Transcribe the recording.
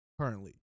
Currently